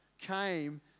came